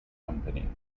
company